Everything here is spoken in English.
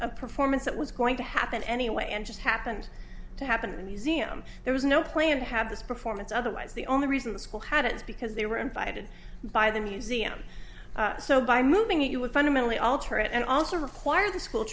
a performance that was going to happen anyway and just happened to happen museum there was no play and had this performance otherwise the only reason the school had it is because they were invited by the museum so by moving you would fundamentally alter it and also require the school